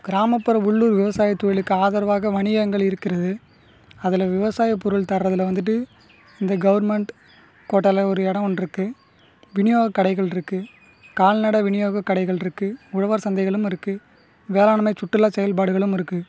கிராமப்புற உள்ளூர் விவசாய தொழிலுக்கு ஆதரவாக வணிகங்கள் இருக்கிறது அதில் விவசாய பொருள் தரதில் வந்துட்டு இந்த கவர்மெண்ட் கோட்டால் ஒரு இடோம் ஒன்ருக்கு விநியோக கடைகள்ருக்குது கால்நடை விநியோக கடைகள்ருக்குது உழவர் சந்தைகளும் இருக்குது வேளாண்மை சுற்றுலா செயல்பாடுகளும் இருக்குது